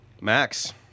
Max